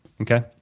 Okay